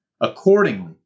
accordingly